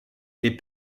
les